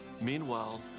Meanwhile